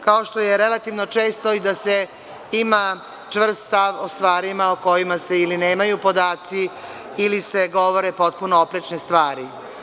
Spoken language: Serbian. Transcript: Kao što je relativno često i da se ima čvrst stav o stvarima o kojima se ili nemaju podaci, ili se govore potpuno oprečne stvari.